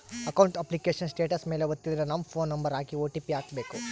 account application status ಮೇಲೆ ವತ್ತಿದ್ರೆ ನಮ್ ಫೋನ್ ನಂಬರ್ ಹಾಕಿ ಓ.ಟಿ.ಪಿ ಹಾಕ್ಬೆಕು